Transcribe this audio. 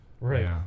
Right